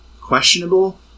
questionable